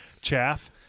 chaff